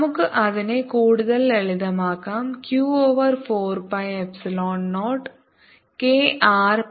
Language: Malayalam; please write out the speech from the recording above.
നമുക്ക് അതിനെ കൂടുതൽ ലളിതമാക്കാം q over 4 pi epsilon 0 k r plus k minus 1 over k R